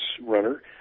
runner